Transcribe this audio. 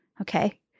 Okay